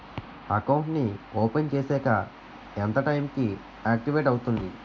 Account నీ open చేశాక ఎంత టైం కి ఆక్టివేట్ అవుతుంది?